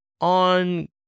on